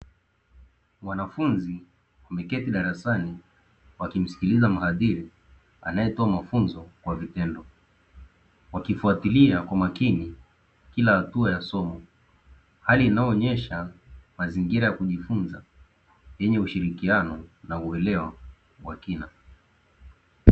Wanafunzi wameketi darasani wakimsikiliza mhadhiri anayetoa mafunzo kwa vitendo. Wakifuatilia kwa makini kila hatua ya somo. Hali inayoonyesha mazingira ya kujifunza yenye ushirikiano na uelewa wa kina.